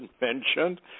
mentioned